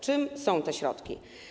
Czym są te środki?